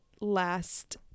last